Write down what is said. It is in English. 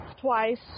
twice